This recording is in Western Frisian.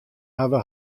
hawwe